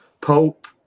Pope